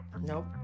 Nope